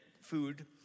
food